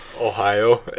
Ohio